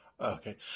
Okay